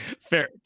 Fair